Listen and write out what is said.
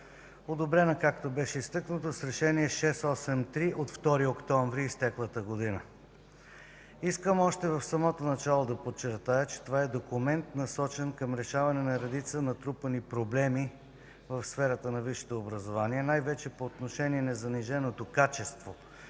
одобрена, както беше изтъкнато, с Решение № 683 от 2 октомври на изтеклата година. Искам още в самото начало да подчертая, че това е документ, насочен към решаване на редица натрупани проблеми в сферата на висшето образование най-вече по отношение на заниженото качество